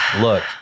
look